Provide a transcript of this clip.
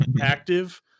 active